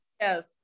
yes